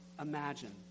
imagine